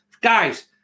Guys